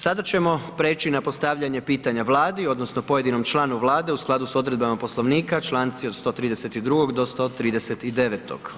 Sada ćemo prijeći na postavljanje pitanja Vladi odnosno pojedinom članu Vlade u skladu s odredbama Poslovnika, članci od 132. do 139.